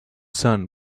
sun